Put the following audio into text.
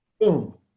boom